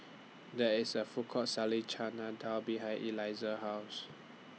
There IS A Food Court Selling Chana Dal behind Eliza's House